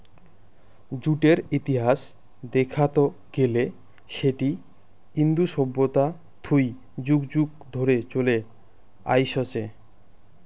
জুটের ইতিহাস দেখাত গেলে সেটি ইন্দু সভ্যতা থুই যুগ যুগ ধরে চলে আইসছে